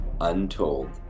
Untold